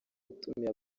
yatumiye